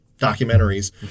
documentaries